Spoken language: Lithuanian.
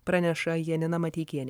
praneša janina mateikienė